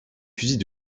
fusils